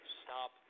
stop